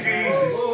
Jesus